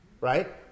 Right